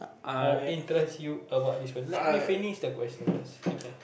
or interest you about this person let me finish the question first